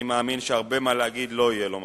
אני מאמין שהרבה מה להגיד לא יהיה לו אלא: